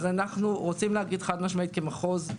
אנחנו רוצים להגיד חד-משמעית כמחוז,